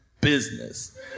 business